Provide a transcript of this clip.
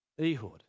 Ehud